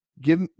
Give